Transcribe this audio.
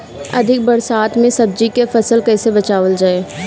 अधिक बरसात में सब्जी के फसल कैसे बचावल जाय?